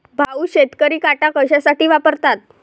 भाऊ, शेतकरी काटा कशासाठी वापरतात?